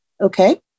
Okay